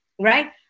right